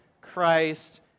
Christ